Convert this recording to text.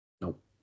Nope